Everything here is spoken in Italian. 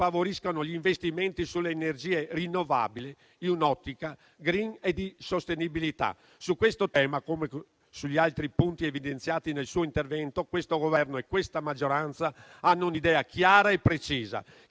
favoriscano gli investimenti sulle energie rinnovabili, in un'ottica *green* e di sostenibilità. Su questo tema, come sugli altri punti evidenziati nel suo intervento, il Governo e la maggioranza hanno un'idea chiara e precisa, che